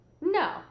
no